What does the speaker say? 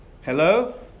Hello